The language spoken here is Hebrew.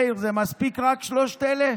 מאיר, זה מספיק, רק שלושת אלה?